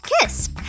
kiss